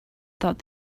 thought